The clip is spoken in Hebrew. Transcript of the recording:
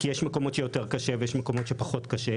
כי יש מקומות שיותר קשה ויש מקומות שפחות קשה,